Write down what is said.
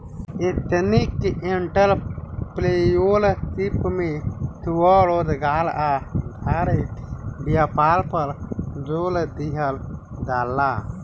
ethnic entrepreneurship में स्वरोजगार आधारित व्यापार पर जोड़ दीहल जाला